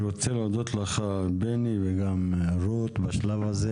אני רוצה להודות לך, בני, וגם רות בשלב הזה.